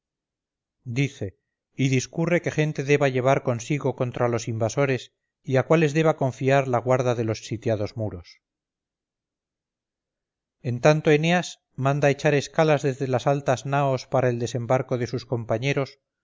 dice y discurre qué gente deba llevar consigo contra los invasores y a cuáles deba confiar la guarda de los sitiados muros en tanto eneas manda echar escalas desde las altas naos para el desembarco de sus compañeros